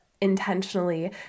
intentionally